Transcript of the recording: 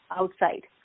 outside